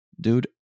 Dude